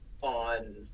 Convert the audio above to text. on